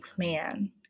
plan